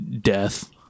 death